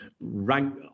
rank